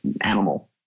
animal